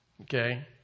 Okay